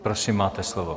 Prosím, máte slovo.